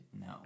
no